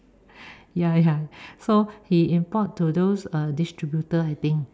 ya ya so he import to those uh distributor I think